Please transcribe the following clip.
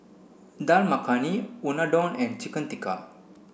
Dal Makhani Unadon and Chicken Tikka